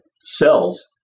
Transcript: cells